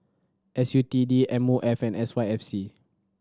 S U T D M O F and S Y F C